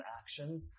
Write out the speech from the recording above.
actions